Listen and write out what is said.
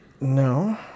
No